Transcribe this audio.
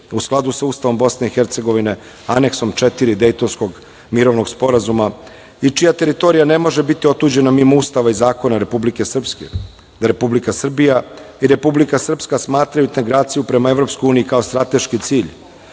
u skladu sa Ustavom Bosne i Hercegovine, Aneksom 4 Dejtonskog mirovnog sporazuma, i čija teritorija ne može biti otuđena mimo Ustava i zakona Republike Srpske;- da Republika Srbija i Republika Srpska smatraju integraciju prema Evropskoj uniji kao strateški cilj;-